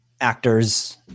actors